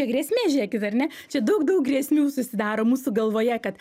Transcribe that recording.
grėsmė žėkit ar ne čia daug daug grėsmių susidaro mūsų galvoje kad